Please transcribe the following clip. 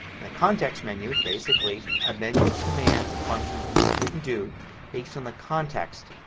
and a context menu is basically a menu of commands and functions and things you you can do based on the context,